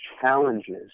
challenges